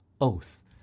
oath